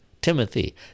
Timothy